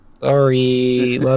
Sorry